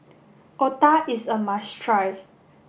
Otah is a must try